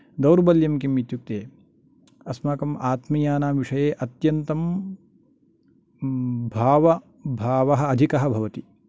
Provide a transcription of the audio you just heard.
दौर्बल्यं किम् इत्युक्ते अस्माकम् आत्मीयानां विषये अत्यन्तं भाव भावः अधिकः भवति